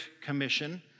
Commission